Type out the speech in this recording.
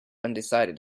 undecided